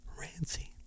Rancy